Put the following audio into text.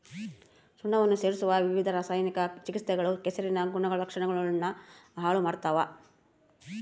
ಸುಣ್ಣವನ್ನ ಸೇರಿಸೊ ವಿವಿಧ ರಾಸಾಯನಿಕ ಚಿಕಿತ್ಸೆಗಳು ಕೆಸರಿನ ಗುಣಲಕ್ಷಣಗುಳ್ನ ಹಾಳು ಮಾಡ್ತವ